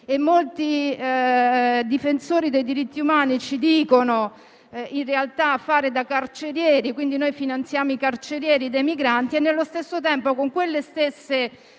che molti difensori dei diritti umani ci dicono fare in realtà da carcerieri. Quindi, finanziamo i carcerieri dei migranti e, allo stesso tempo, con quelle stesse